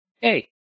Hey